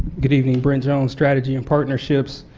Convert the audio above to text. good evening brent jones strategy and partnerships.